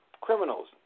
criminals